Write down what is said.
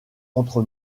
entre